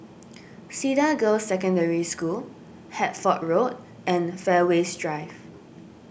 Cedar Girls' Secondary School Hertford Road and Fairways Drive